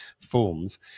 forms